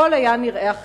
הכול היה נראה אחרת.